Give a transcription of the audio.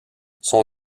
son